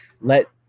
Let